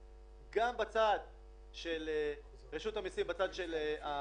גם ברמה הפרטנית וגם ברמה הלאומית מבחינת כמויות